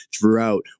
throughout